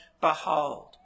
Behold